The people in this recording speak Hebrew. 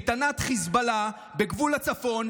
בקייטנת חיזבאללה בגבול הצפון.